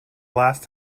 last